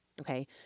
Okay